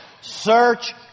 search